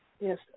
yes